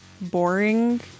boring